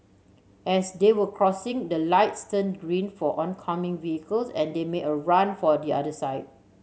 as they were crossing the lights turned green for oncoming vehicles and they made a run for the other side